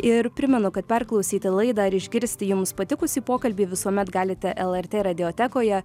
ir primenu kad perklausyti laidą ir išgirsti jums patikusį pokalbį visuomet galite lrt radiotekoje